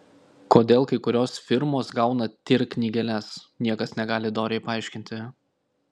kodėl kai kurios firmos gauna tir knygeles niekas negali dorai paaiškinti